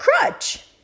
crutch